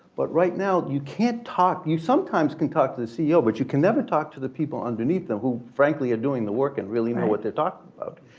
but right now you can't talk, you sometimes can talk to the ceo, but you can never talk to the people underneath them who frankly are doing the work and really know what they're talking about.